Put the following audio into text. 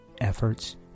efforts